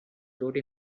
wrote